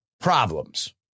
problems